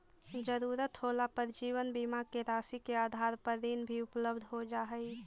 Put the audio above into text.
ज़रूरत होला पर जीवन बीमा के राशि के आधार पर ऋण भी उपलब्ध हो जा हई